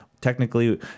Technically